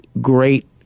great